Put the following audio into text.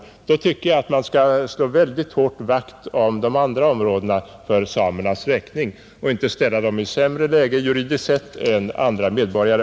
Mot denna bakgrund tycker jag att man mycket hårt skall slå vakt om samernas rätt på de andra områdena och inte ställa dem i sämre läge juridiskt än andra medborgare.